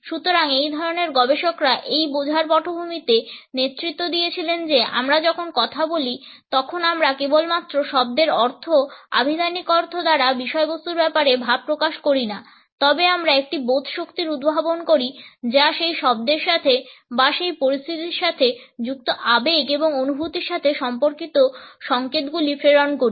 সুতরাং এই ধরণের গবেষকরা এই বোঝার পটভূমিতে নেতৃত্ব দিয়েছিলেন যে আমরা যখন কথা বলি তখন আমরা কেবলমাত্র শব্দের অর্থ আভিধানিক অর্থ দ্বারা বিষয়বস্তুর ব্যাপারে ভাব প্রকাশ করিনা তবে আমরা একটি বোধশক্তির উদ্ভাবন করি বা সেই শব্দের সাথে বা সেই পরিস্থিতির সাথে যুক্ত আবেগ এবং অনুভূতির সাথে সম্পর্কিত সংকেতগুলি প্রেরণ করি